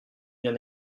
bien